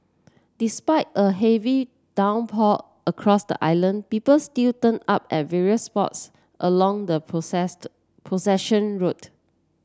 despite a heavy downpour across the island people still turned up at various spots along the procession route